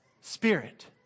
Spirit